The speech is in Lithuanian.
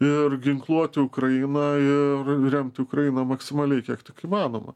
ir ginkluoti ukrainą ir remti ukrainą maksimaliai kiek tik įmanoma